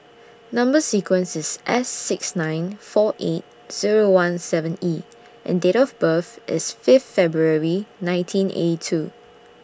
Number sequence IS S six nine four eight Zero one seven E and Date of birth IS Fifth February nineteen eighty two